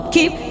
Keep